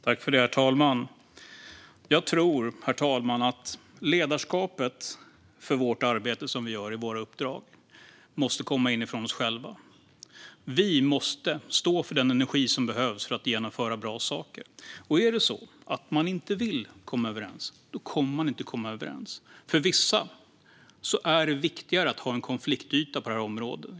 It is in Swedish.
Herr talman! Jag tror att ledarskapet för vårt arbete i våra uppdrag måste komma inifrån oss själva. Vi måste stå för den energi som behövs för att genomföra bra saker. Om man inte vill komma överens kommer man inte att komma överens. För vissa är det viktigare att ha en konfliktyta på området.